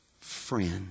Friend